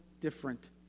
different